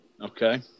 Okay